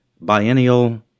biennial